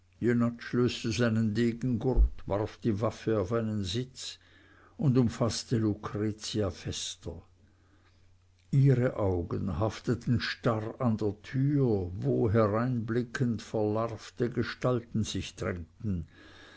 löste seinen degengurt warf die waffe auf einen sitz und umfaßte lucretia fester ihre augen hafteten starr an der tür wo hereinblickend verlarvte gestalten sich drängten